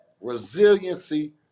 resiliency